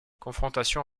confrontations